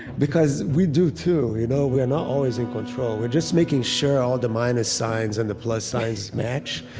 because we do too. when you know we're not always in control. we're just making sure all the minus signs and the plus signs match,